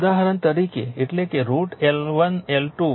ઉદાહરણ તરીકે એટલે કે √ L1 L2 L1 L2 2 છે